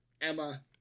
Emma